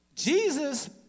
Jesus